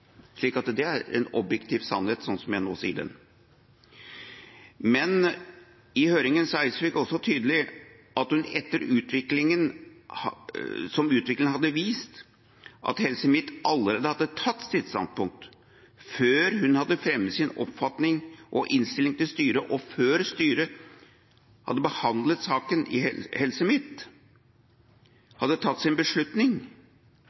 det er en objektiv sannhet, sånn som jeg nå sier den. Men i høringen sa Eidsvik også tydelig at hun etter utviklingen, som hadde vist at Helse Midt allerede hadde tatt sitt standpunkt før hun hadde fremmet sin oppfatning og innstilling til styret, og før styret hadde behandlet saken i Helse Midt og hadde tatt sin beslutning,